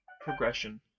progression